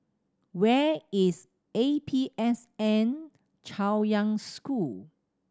where is A P S N Chaoyang School